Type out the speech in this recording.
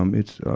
um it's a.